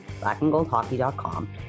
blackandgoldhockey.com